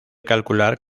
calcular